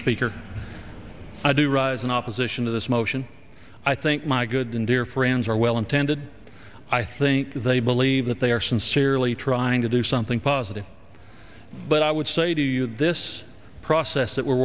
speaker i do rise in opposition to this motion i think my good and dear friends are well intended i think they believe that they are sincerely trying to do something positive but i would say to you this process that we're